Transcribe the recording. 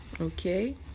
Okay